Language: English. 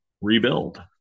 rebuild